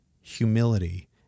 humility